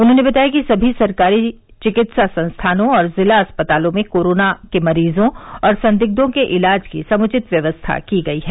उन्होंने बताया कि सभी सरकारी चिकित्सा संस्थानों और जिला अस्पतालों में कोरोना मरीजों और संदिग्धों के इलाज की समुचित व्यवस्था की गई है